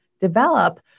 develop